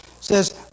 says